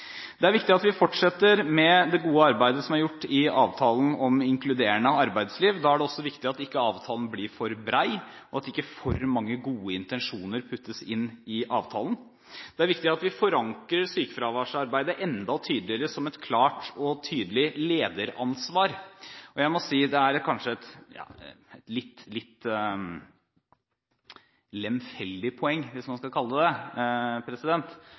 Det er viktig at vi fortsetter med det gode arbeidet som er gjort i avtalen om inkluderende arbeidsliv. Da er det også viktig at ikke avtalen blir for bred, og at ikke for mange gode intensjoner puttes inn i avtalen. Det er viktig at vi forankrer sykefraværsarbeidet enda tydeligere som et klart og tydelig lederansvar. Jeg må si at det kanskje er et litt lemfeldig poeng – hvis man skal kalle det